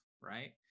right